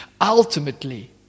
ultimately